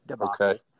okay